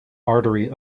artery